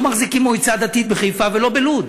מחזיקים מועצה דתית בחיפה ולא בלוד,